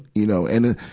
you know. and it,